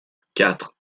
quatre